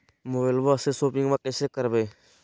मोबाइलबा से शोपिंग्बा कैसे करबै?